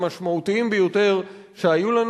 המשמעותיים ביותר שהיו לנו.